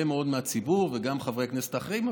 מאוד מהציבור וגם חברי כנסת אחרים,